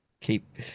keep